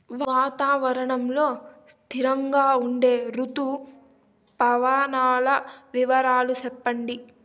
వాతావరణం లో స్థిరంగా ఉండే రుతు పవనాల వివరాలు చెప్పండి?